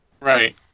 Right